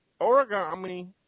origami